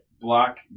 block